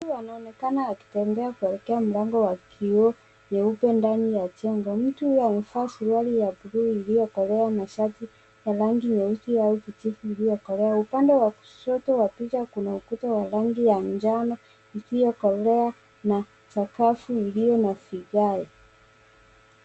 Mtu anaonekana akitembea kuelekea mlango wa kioo nyeupe ndani ya jengo. Mtu amevaa suruali ya grey iliyokolea na shati ya rangi nyeusi au kijivu iliyokolea. Upande wa kushoto wa picha kuna ukuta wa rangi ya njano isiyokolea na sakafu iliyo na vigae.